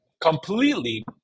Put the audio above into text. completely